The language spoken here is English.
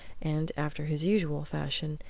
and after his usual fashion,